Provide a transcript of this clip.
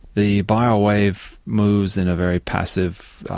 the biowave moves in a very passive,